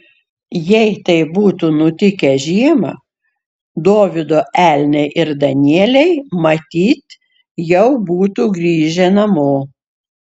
jei tai būtų nutikę žiemą dovydo elniai ir danieliai matyt jau būtų grįžę namo